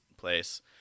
place